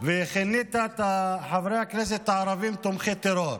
וכינית את חברי הכנסת הערבים "תומכי טרור".